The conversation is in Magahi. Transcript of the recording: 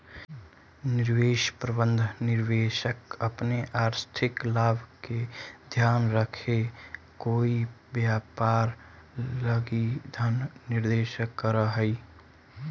निवेश प्रबंधन में निवेशक अपन आर्थिक लाभ के ध्यान रखके कोई व्यापार लगी धन निवेश करऽ हइ